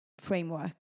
framework